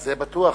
זה בטוח.